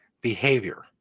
behavior